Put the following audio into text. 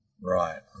right